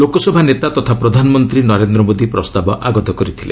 ଲୋକସଭା ନେତା ତଥା ପ୍ରଧାନମନ୍ତ୍ରୀ ନରେନ୍ଦ୍ର ମୋଦୀ ପ୍ରସ୍ତାବ ଆଗତ କରିଥିଲେ